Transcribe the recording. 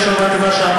אני לא שמעתי מה שאמרת.